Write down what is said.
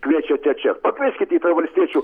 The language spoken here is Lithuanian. kviečiate čia pakvieskite į tai valstiečių